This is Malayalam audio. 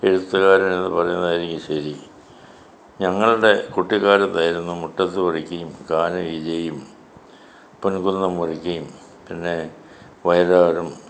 എഴുത്തുകാരനെന്ന് പറയുന്നതായിരിക്കും ശരി ഞങ്ങളുടെ കുട്ടികാലത്തായിരുന്നു മുട്ടത്തുവർക്കിയും കാന വിജയും പൊൻകുന്നം വർക്കിയും പിന്നെ വയലാറും